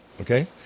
Okay